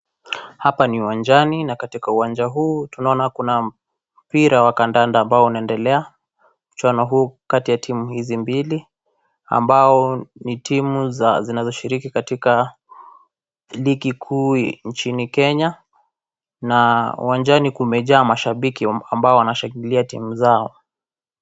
Hapa ni uwanjani na katika uwanja huu tunaona kuna mpira wa kandanda ambao unaendelea, mchuano huu kati ya timu hizi mbili ambao ni timu zinazoshiriki katika ligi kuu nchini Kenya na uwanjani kumejaa mashabiki ambao wanashangilia timu zao.